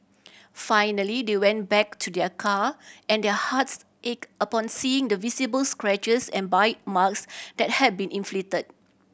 finally they went back to their car and their hearts ached upon seeing the visible scratches and bite marks that had been inflicted